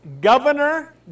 governor